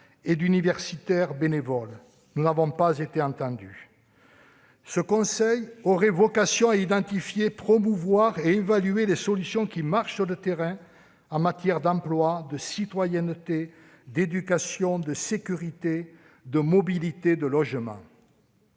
et d'universitaires bénévoles. Nous n'avons pas été entendus. Ce conseil aurait vocation à identifier, promouvoir et évaluer les solutions qui fonctionnent sur le terrain en matière d'emploi, de citoyenneté, d'éducation, de sécurité, de mobilité ou encore de logement.